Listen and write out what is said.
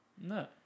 No